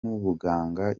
nk’ubuganga